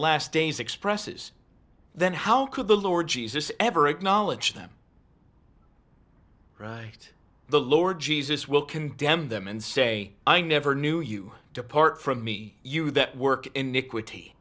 last days expresses then how could the lord jesus ever acknowledge them right the lord jesus will condemn them and say i never knew you depart from me you that work